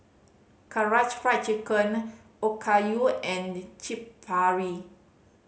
Karaage Fried Chicken Okayu and Chaat Papri